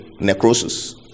Necrosis